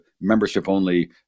membership-only